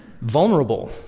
vulnerable